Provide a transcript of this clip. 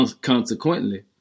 Consequently